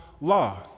Law